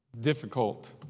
difficult